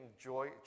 joy